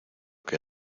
que